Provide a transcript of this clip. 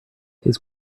his